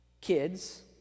kids